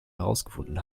herausgefunden